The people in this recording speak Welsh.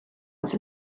oedd